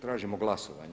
Tražimo glasovanje.